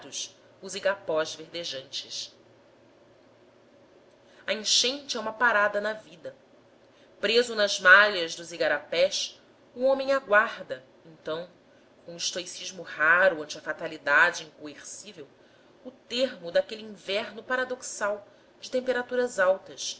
os igapós verdejantes a enchente é uma parada na vida preso nas malhas dos igarapés o homem aguarda então com estoicismo raro ante a fatalidade incoercível o termo daquele inverno paradoxal de temperaturas altas